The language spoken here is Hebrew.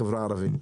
אל החברה הערבית.